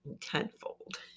tenfold